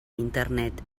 internet